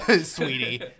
sweetie